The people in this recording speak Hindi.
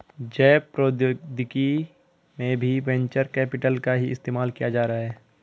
जैव प्रौद्योगिकी में भी वेंचर कैपिटल का ही इस्तेमाल किया जा रहा है